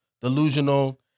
Delusional